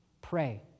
pray